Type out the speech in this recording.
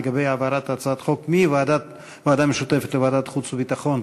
לגבי העברת הצעת החוק מהוועדה המשותפת לוועדת החוץ והביטחון,